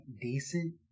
decent